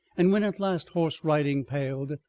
and when at last horse riding palled,